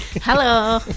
Hello